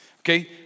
okay